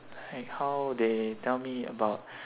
like how they tell me about